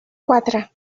quatre